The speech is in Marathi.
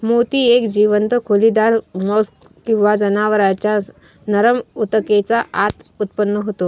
मोती एक जीवंत खोलीदार मोल्स्क किंवा जनावरांच्या नरम ऊतकेच्या आत उत्पन्न होतो